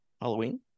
Halloween